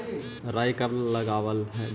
राई कब लगावल जाई?